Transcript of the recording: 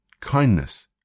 kindness